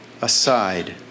aside